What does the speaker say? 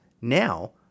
Now